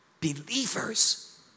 believers